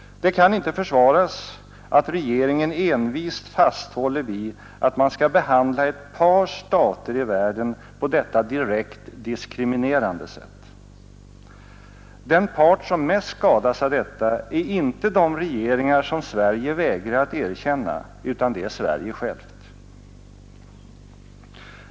Det kan inte försvaras att regeringen envist fasthåller vid att man skall behandla ett par stater i världen på detta direkt diskriminerande sätt. Den part som mest skadas av detta är inte de regeringar som Sverige vägrar att erkänna, utan det är Sverige självt.